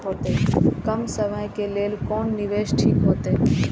कम समय के लेल कोन निवेश ठीक होते?